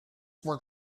were